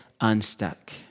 unstuck